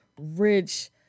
rich